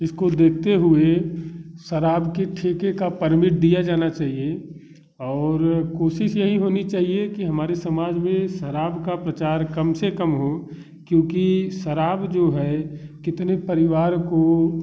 इसको देखते हुए शराब की ठेके का परमिट दिया जाना चाहिए और कोशिश यही होनी चाहिए कि हमारे समाज में शराब का प्रचार कम से कम हो क्योंकि शराब जो है कितने परिवार को